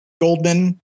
Goldman